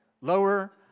lower